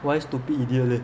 why stupid idiot leh